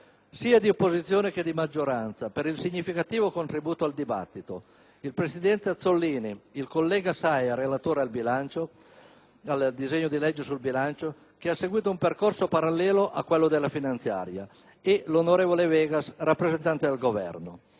sia di opposizione che di maggioranza, per il significativo contributo al dibattito il presidente Azzollini, il collega Saia (relatore del disegno di legge di bilancio, che ha seguìto un percorso parallelo a quello della finanziaria) e il rappresentante del Governo,